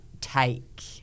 take